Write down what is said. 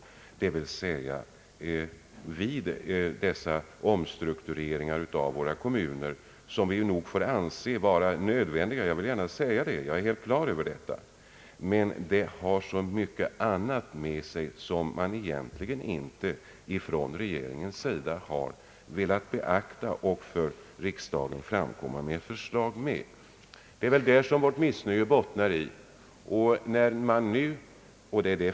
Dessa omstruktureringar av våra kommuner, som vi nog får anse vara nödvändiga — jag är helt på det klara med detta — för så mycket annat med sig som regeringen egentligen inte har velat beakta. Man har inte heller för riksdagen framlagt förslag i anledning därav. Det är detta vårt missnöje bottnar i.